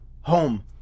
home